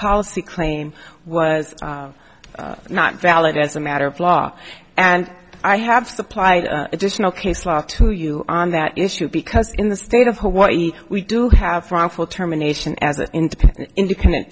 policy claim was not valid as a matter of law and i have supplied additional case law to you on that issue because in the state of hawaii we do have frontal terminations as an independent independent